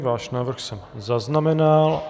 Váš návrh jsem zaznamenal.